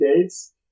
dates